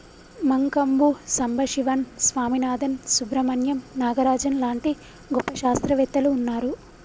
మంకంబు సంబశివన్ స్వామినాధన్, సుబ్రమణ్యం నాగరాజన్ లాంటి గొప్ప శాస్త్రవేత్తలు వున్నారు